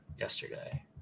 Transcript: Yesterday